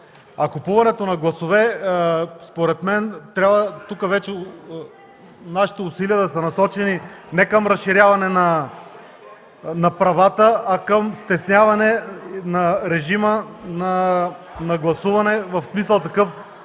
купуването на гласове. Според мен тук нашите усилия трябва да са насочени не към разширяване на правата, а към стесняване на режима на гласуване, в смисъл такъв